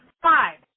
five